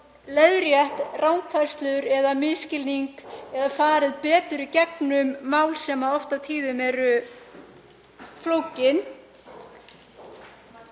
leiðrétt rangfærslur eða misskilning eða farið betur í gegnum mál sem oft og tíðum eru flókin.